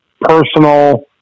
personal